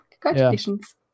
congratulations